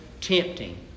tempting